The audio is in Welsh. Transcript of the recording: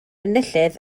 enillydd